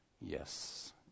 Yes